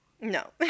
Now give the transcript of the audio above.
No